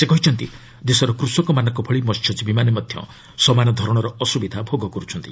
ସେ କହିଛନ୍ତି ଦେଶର କୃଷକମାନଙ୍କ ଭଳି ମହ୍ୟଜୀବୀମାନେ ମଧ୍ୟ ସମାନ ଧରଣର ଅସୁବିଧା ଭୋଗ କରୁଛନ୍ତି